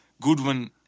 Goodwin